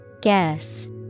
Guess